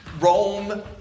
Rome